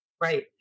right